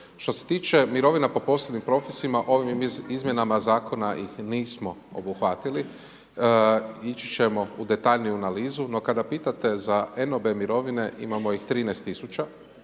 Što se tiče mirovina po posebnim propisima, ovim izmjenama zakona ih nismo obuhvatili, ići ćemo u detaljniju analizu. No kada pitate za enobe mirovine, imamo ih 13